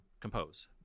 compose